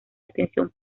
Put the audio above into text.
atención